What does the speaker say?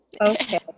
okay